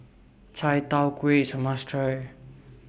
Chai Tow Kway IS A must Try